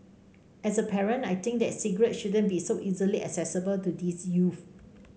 as a parent I think that cigarettes shouldn't be so easily accessible to these youths